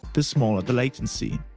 the smaller the latency.